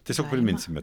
tiesiog priminsime